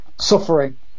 suffering